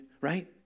right